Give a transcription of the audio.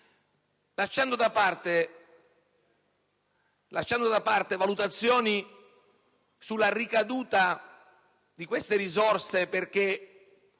lasciando da parte valutazioni sulla ricaduta di tali risorse, perché